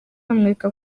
bamwereka